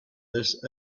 this